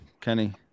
Kenny